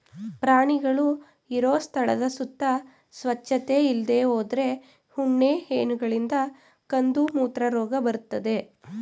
ಪ್ರಾಣಿಗಳು ಇರೋ ಸ್ಥಳದ ಸುತ್ತ ಸ್ವಚ್ಚತೆ ಇಲ್ದೇ ಹೋದ್ರೆ ಉಣ್ಣೆ ಹೇನುಗಳಿಂದ ಕಂದುಮೂತ್ರ ರೋಗ ಬರ್ತದೆ